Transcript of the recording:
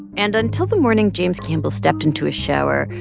and until the morning james campbell stepped into a shower,